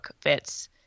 fits